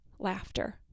laughter